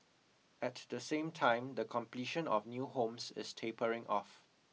at the same time the completion of new homes is tapering off